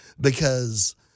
because-